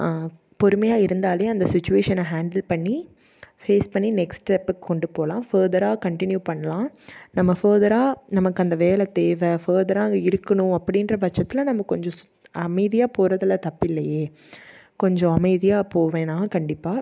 பொறுமையாக இருந்தால் அந்த சுச்சுவேஷனை ஹாண்டில் பண்ணி ஃபேஸ் பண்ணி நெக்ஸ்ட் ஸ்டெப்புக்கு கொண்டு போகலாம் ஃபர்தராக கண்டினியூ பண்ணலாம் நம்ம ஃபர்தராக நமக்கு அந்த வேலை தேவை ஃபர்தராக அங்கே இருக்கணும் அப்படின்ற பட்சத்தில் நம்ம கொஞ்சம் அமைதியாக போறதில் தப்பில்லையே கொஞ்சம் அமைதியாக போவேன் நான் கண்டிப்பாக